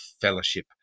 fellowship